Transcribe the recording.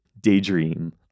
daydream